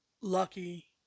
lucky